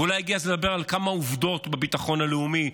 אולי הגיע הזמן לדבר על כמה עובדות בביטחון הלאומי,